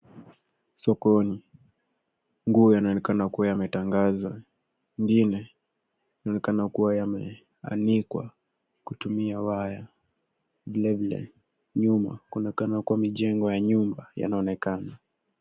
Sokoni, nguo yanaonekana kuwa yametandazwa . Ingine inaonekana kuwa imeanikwa kutumia waya. Vile vile, nyuma kunaonekana kuwa mijengo ya nyumba yanaonekana.